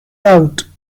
out